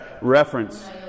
reference